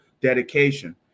dedication